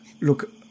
Look